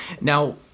Now